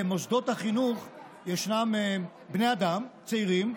במוסדות החינוך ישנם בני אדם צעירים,